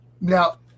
now